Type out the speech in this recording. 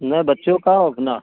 ना बच्चों का औ अपना